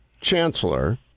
chancellor